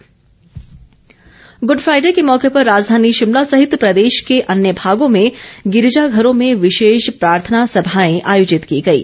good Friday Good Friday के मौके पर राजधानी शिमला सहित प्रदेश के अन्य भागों में गिरिजाघरों में विशेष प्रार्थना सभाएं आयोजित की गईं